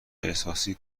احساسی